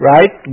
Right